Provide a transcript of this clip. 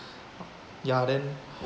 ya then